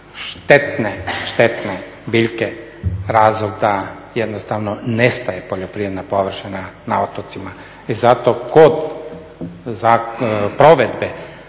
štetne biljke razlog da jednostavno nestaje poljoprivredna površina na otocima. I zato kod provedbe